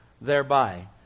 thereby